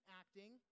acting